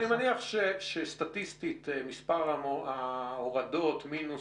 אני מניח שסטטיסטית מספר ההורדות מינוס